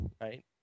right